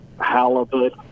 halibut